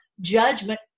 judgment